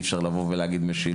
אי אפשר רק לבוא ולהגיד משילות.